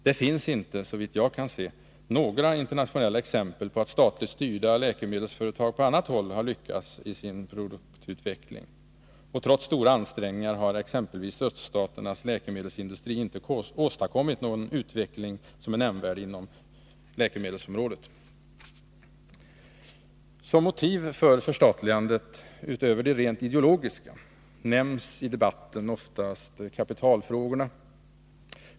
Det finns inte, så vitt jag kan se, några internationella exempel på statligt styrda läkemedelsföretag som har lyckats i sin produktutveckling. Trots stora ansträngningar har exempelvis öststaternas läkemedelsindustri inte åstadkommit någon utveckling inom läkemedelsområdet. Som motiv för förstatligande, utöver de rent ideologiska, nämns i debatten oftast kapitalfrågorna.